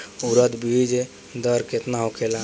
उरद बीज दर केतना होखे?